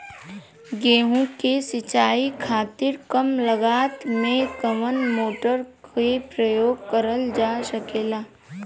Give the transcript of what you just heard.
गेहूँ के सिचाई खातीर कम लागत मे कवन मोटर के प्रयोग करल जा सकेला?